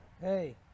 Hey